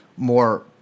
more